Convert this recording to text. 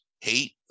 hate